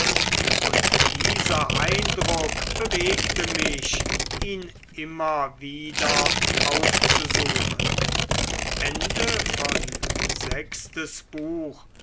und dieser eindruck bewegte mich ihn immer wieder aufzusuchen